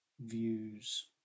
views